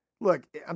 Look